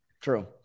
True